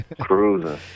Cruising